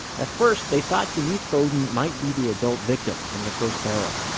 at first they thought denise beaudin might be the adult victim from the first barrel.